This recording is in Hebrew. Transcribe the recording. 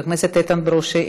חבר הכנסת איתן ברושי,